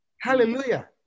Hallelujah